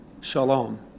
shalom